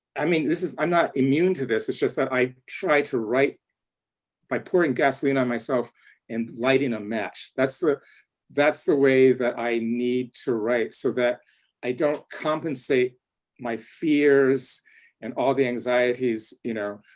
i mean, this is i'm not immune to this it's just that i try to write by pouring gasoline on myself and lighting a match. that's the that's the way that i need to write so that i don't compensate my fears and all the anxieties, you know?